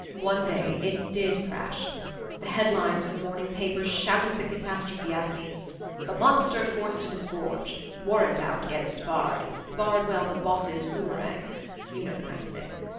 one day it did crash the head-lines of the morning papers shouted the catastrophe at me the monster forced to disgorge warrant out against vard bardwell the boss's boomerang you know the kind of thing.